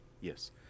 Yes